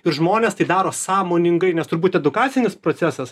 ir žmonės tai daro sąmoningai nes turbūt edukacinis procesas